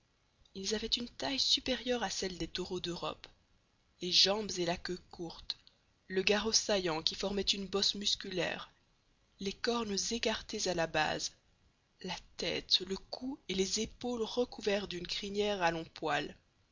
ils avaient une taille supérieure à celle des taureaux d'europe les jambes et la queue courtes le garrot saillant qui formait une bosse musculaire les cornes écartées à la base la tête le cou et les épaulés recouverts d'une crinière à longs poils